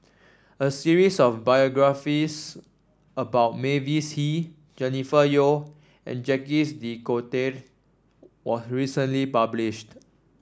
a series of biographies about Mavis Hee Jennifer Yeo and Jacques De Coutre was recently published